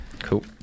cool